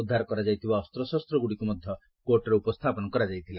ଉଦ୍ଧାର କରାଯାଇଥିବା ଅସ୍ତ୍ରଶସ୍ତ୍ରଗୁଡ଼ିକୁ ମଧ୍ୟ କୋର୍ଟରେ ଉପସ୍ଥାପନ କରାଯାଇଥିଲା